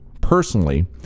personally